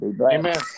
Amen